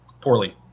Poorly